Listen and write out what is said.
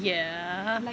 ya